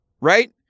right